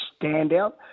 standout